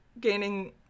gaining